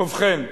ובכן,